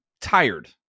tired